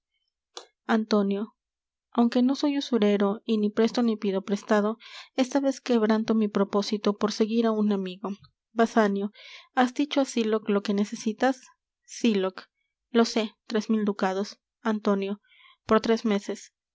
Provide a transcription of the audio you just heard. antonio aunque no soy usurero y ni presto ni pido prestado esta vez quebranto mi propósito por servir á un amigo basanio has dicho á sylock lo que necesitas sylock lo sé tres mil ducados antonio por tres meses